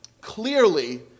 clearly